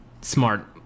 smart